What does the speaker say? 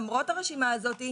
למרות הרשימה הזאת,